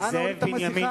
אנא הורד את המסכה.